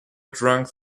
drank